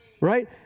right